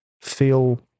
feel